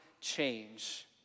change